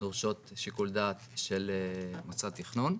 דורשות שיקול דעת של מועצת תכנון,